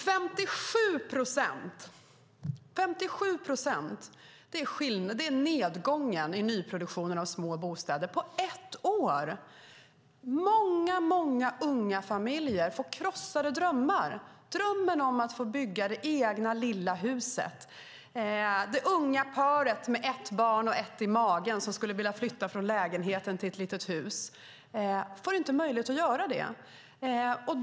Nedgången i nyproduktionen av små bostäder är 57 procent på ett år - 57 procent! Många unga familjer får krossade drömmar. Det handlar om drömmen om att få bygga det egna lilla huset. Det unga paret med ett barn och ett i magen som skulle vilja flytta från lägenheten till ett litet hus får inte möjlighet att göra det.